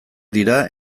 dira